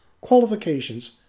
qualifications